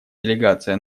делегация